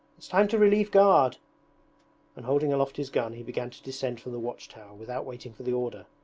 it's time to relieve guard and holding aloft his gun he began to descend from the watch-tower without waiting for the order.